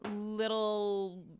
little